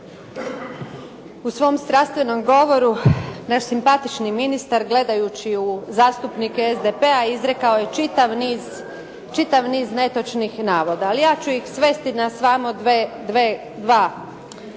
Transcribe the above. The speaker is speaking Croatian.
U svom strastvenom govoru naš simpatični ministar gledajući u zastupnike SDP-a izrekao je čitav niz netočnih navoda, ali ja ću ih svesti na samo dva. Rekao